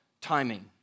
timing